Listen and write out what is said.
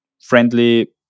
friendly